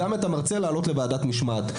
גם את המרצה לעלות לוועדת משמעת.